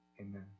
Amen